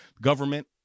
Government